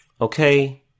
Okay